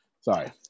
sorry